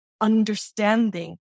understanding